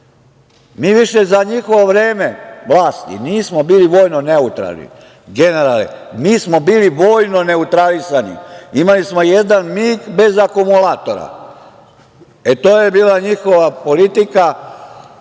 Mi više za njihove vreme vlasti nismo bili vojno neutralni, generale, mi smo bili vojno neutralisani, imali smo jedan mig bez akumulatora. To je bila njihova politika,